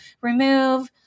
remove